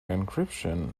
encryption